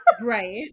Right